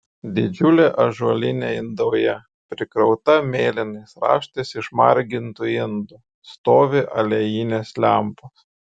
didžiulė ąžuolinė indauja prikrauta mėlynais raštais išmargintų indų stovi aliejinės lempos